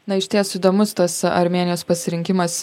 na išties įdomus tas armėnijos pasirinkimas